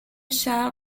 شرق